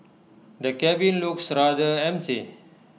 the cabin looks rather empty